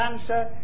answer